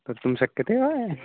कर्तुं शक्यते वा न